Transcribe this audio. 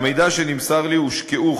מהמידע שנמסר לי, הושקעו